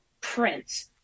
Prince